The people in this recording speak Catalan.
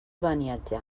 beniatjar